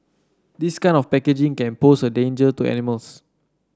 this kind of packaging can pose a danger to animals